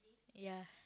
ya